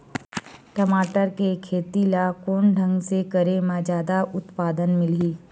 टमाटर के खेती ला कोन ढंग से करे म जादा उत्पादन मिलही?